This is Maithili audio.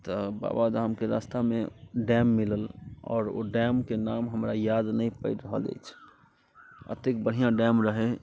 तऽ बाबाधामके रास्तामे डैम मिलल आओर ओ डैमके नाम हमरा याद नहि पड़ि रहल अछि एतेक बढ़िआँ डैम रहै